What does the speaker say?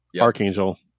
archangel